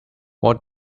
what